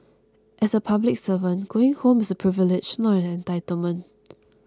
as a public servant going home is a privilege not an entitlement